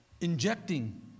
injecting